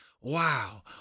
Wow